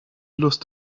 lust